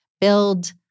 build